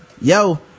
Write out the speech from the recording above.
Yo